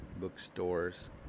bookstores